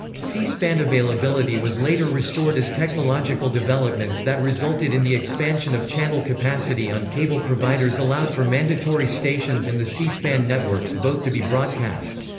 c-span availability was later restored as technological developments that resulted in the expansion of channel capacity on cable providers allowed for mandatory stations and the c-span networks both to be broadcast.